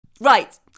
Right